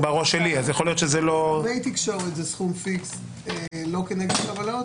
כלי תקשורת זה סכום פיקס לא כנגד קבלות,